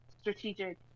strategic